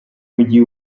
mujyi